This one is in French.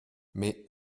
mais